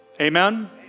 Amen